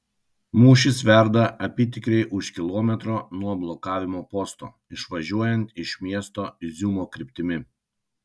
mūšis verda apytikriai už kilometro nuo blokavimo posto išvažiuojant iš miesto iziumo kryptimi